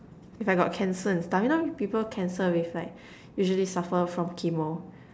if I got cancer and stuff you know if people cancer will like usually suffer from chemo